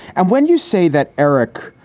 and when you say that, eric,